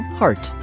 heart